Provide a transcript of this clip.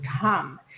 come